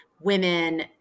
women